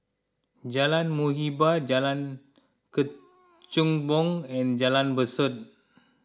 Jalan Muhibbah Jalan Kechubong and Jalan Besut